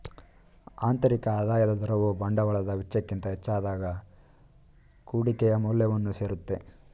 ಆಂತರಿಕ ಆದಾಯದ ದರವು ಬಂಡವಾಳದ ವೆಚ್ಚಕ್ಕಿಂತ ಹೆಚ್ಚಾದಾಗ ಕುಡಿಕೆಯ ಮೌಲ್ಯವನ್ನು ಸೇರುತ್ತೆ